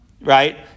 right